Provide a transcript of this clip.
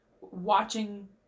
watching